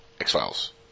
X-Files